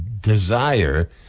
desire